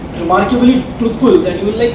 remarkably truthful that you'd